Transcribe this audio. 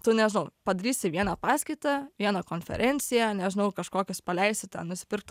tu nežinau padarysi vieną paskaitą vieną konferenciją nežinau kažkokios paleisi ten nusipirkt